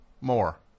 more